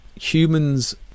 humans